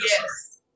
Yes